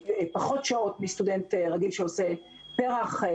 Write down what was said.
פחות שעות מסטודנט רגיל שעושה פר"ח.